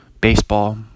baseball